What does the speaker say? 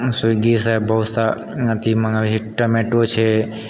स्विगीसँ बहुत सारा अथी जोमाटो छै